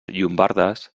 llombardes